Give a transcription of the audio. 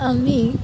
আমি